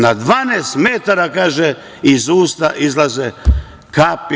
Na 12 metara iz usta izlaze kapi.